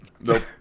Nope